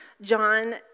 John